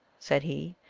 said he,